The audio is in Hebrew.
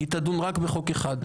היא תדון רק בחוק אחד.